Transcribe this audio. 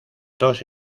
dos